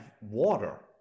water